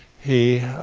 he